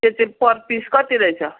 त्यो चाहिँ per piece कति रहेछ